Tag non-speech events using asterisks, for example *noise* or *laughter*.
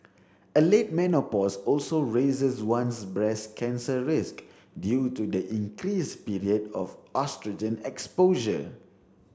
a late menopause also raises one's breast cancer risk due to the increased period of *unintelligible* oestrogen exposure